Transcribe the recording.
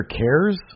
cares